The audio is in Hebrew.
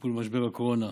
לטיפול במשבר הקורונה,